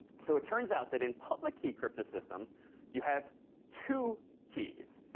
so it turns out that in public key cryptosystems you have two keys,